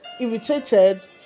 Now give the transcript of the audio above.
irritated